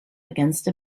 against